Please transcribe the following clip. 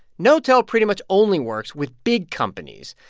knotel pretty much only works with big companies.